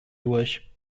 durch